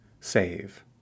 save